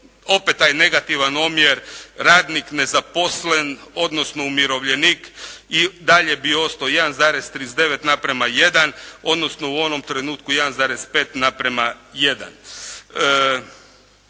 opet taj negativan omjer radnik nezaposlen odnosno umirovljenik i dalje bi ostao 1,39:1 odnosno u onom trenutku 1,5:1.